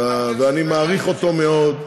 ואני מעריך אותו מאוד,